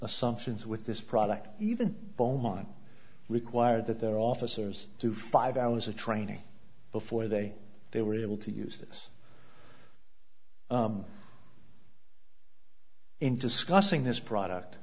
assumptions with this product even beaumont required that their officers do five hours of training before they they were able to use this in discussing this product